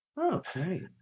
Okay